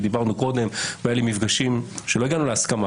דיברנו עליה קודם והיו לי מפגשים ולא הגענו להסכמה,